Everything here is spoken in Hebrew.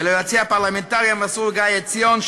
וליועצי הפרלמנטרי המסור גיא עציון,